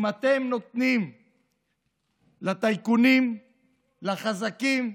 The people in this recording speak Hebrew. אם אתם נותנים לטייקונים, לחזקים,